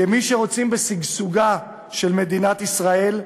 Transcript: כמי שרוצים בשגשוגה של מדינת ישראל,